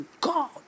God